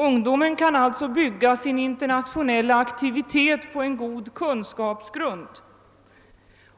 Ungdomen kan alltså bygga sin internationella aktivitet på en god kunskapsgrund.